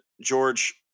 George